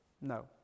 No